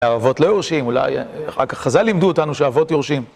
האבות לא יורשים, אולי, רק חז"ל לימדו אותנו שאבות יורשים.